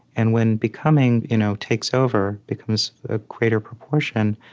and when becoming you know takes over, becomes a greater proportion,